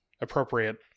appropriate